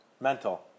Mental